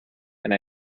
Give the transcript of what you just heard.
and